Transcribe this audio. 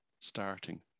starting